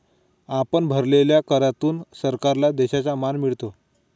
आपण भरलेल्या करातून सरकारला देशाचा मान मिळतो